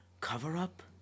cover-up